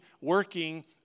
working